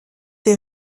des